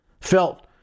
felt